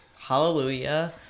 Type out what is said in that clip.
hallelujah